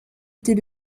était